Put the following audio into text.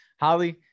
Holly